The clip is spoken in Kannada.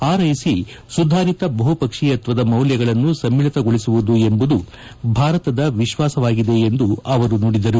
ಆರ್ಐಸಿ ಸುಧಾರಿತ ಬಹುಪಕ್ಷೀಯತ್ವದ ಮೌಲ್ಯಗಳನ್ನು ಸಮ್ಮಿಳಿತಗೊಳಿಸುವುದು ಎಂಬುದು ಭಾರತದ ವಿಶ್ವಾಸವಾಗಿದೆ ಎಂದು ಅವರು ನುಡಿದರು